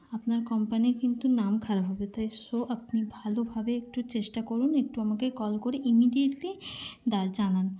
আপনার কোম্পানির কিন্তু নাম খারাপ হবে তাই সো আপনি ভালোভাবে একটু চেষ্টা করুন একটু আমাকে কল করে ইমিডিয়েটলি দা জানান